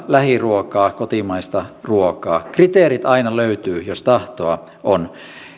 lähiruokaa kotimaista ruokaa kriteerit aina löytyvät jos tahtoa on